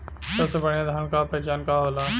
सबसे बढ़ियां धान का पहचान का होला?